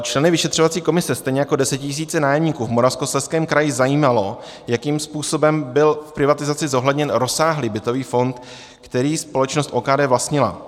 Členy vyšetřovací komise, stejně jako desetitisíce nájemníků v Moravskoslezském kraji, zajímalo, jakým způsobem byl v privatizaci zohledněn rozsáhlý bytový fond, který společnost OKD vlastnila.